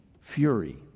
Fury